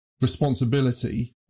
responsibility